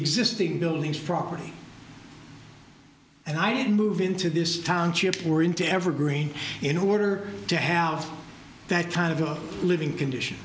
system buildings property and i'd move into this township or into evergreen in order to have that kind of living condition